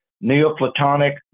Neoplatonic